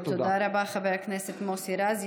תודה רבה, חבר הכנסת מוסי רז.